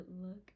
look